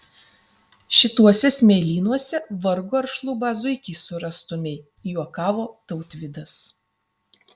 šituose smėlynuose vargu ar šlubą zuikį surastumei juokavo tautvydas